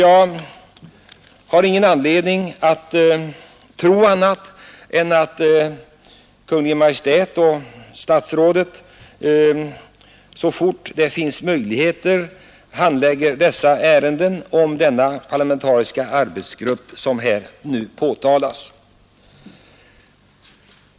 Jag har ingen anledning att tro annat än att Kungl. Maj:t och statsrådet så fort det finns möjligheter handlägger dessa önskemål.